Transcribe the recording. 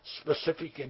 specific